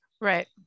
Right